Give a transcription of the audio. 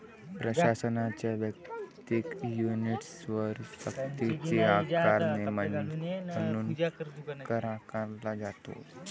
प्रशासनाच्या वैयक्तिक युनिट्सवर सक्तीची आकारणी म्हणून कर आकारला जातो